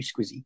Squizzy